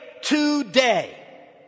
today